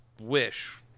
wish